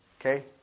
okay